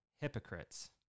hypocrites